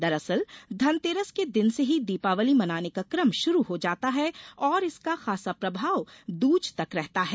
दरअसल धनतेरस के दिन से ही दीपावली मनाने का क्रम शुरू हो जाता है और इसका खासा प्रभाव दूज तक रहता है